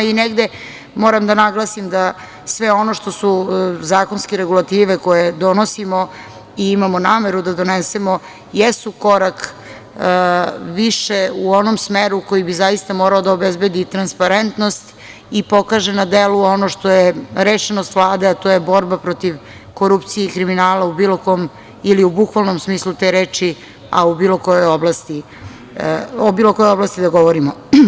Negde moram da naglasim da sve ono što su zakonske regulative koje donosimo i imamo nameru da donesemo jesu korak više u onom smeru koji bi zaista morao da obezbedi transparentnost i pokaže na delu ono što je rešenost Vlade, a to je borba protiv korupcije i kriminala u bilo kom, ili u bukvalnom smislu te reči, a o bilo kojoj oblasti da govorimo.